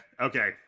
Okay